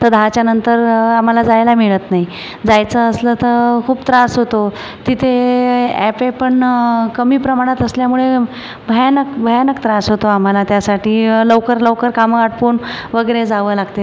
तर दहाच्यानंतर आम्हाला जायला मिळत नाही जायचं असलं तर खूप त्रास होतो तिथे ॲपे पण कमी प्रमाणात असल्यामुळे भयानक भयानक त्रास होतो आम्हाला त्यासाठी लवकर लवकर कामं आटपून वगैरे जावं लागते